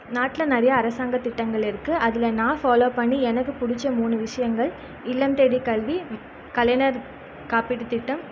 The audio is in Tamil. நாட்டில் நிறையா அரசாங்க திட்டங்கள் இருக்கு அதில் நான் ஃபாலோ பண்ணி எனக்கு பிடிச்ச மூணு விஷயங்கள் இல்லம் தேடும் கல்வி கலைஞர் காப்பீட்டு திட்டம்